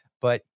But-